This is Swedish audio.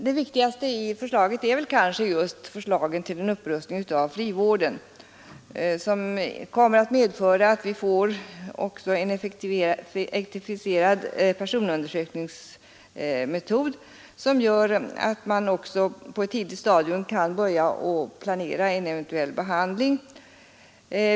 Det viktigaste i propositionen är kanske just förslaget om en upprustning av frivården, som kommer att medföra att vi också får en effektiviserad personundersökningsmetod. Därigenom kan man på ett tidigt stadium planera en eventuell behandling.